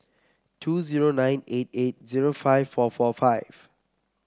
two zero nine eight eight zero five four four five